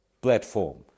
platform